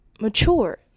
mature